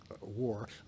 war